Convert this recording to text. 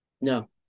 No